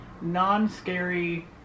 non-scary